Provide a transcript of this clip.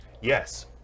yes